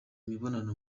mibonano